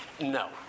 no